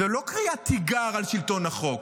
זו לא קריאת תיגר על שלטון החוק,